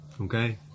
Okay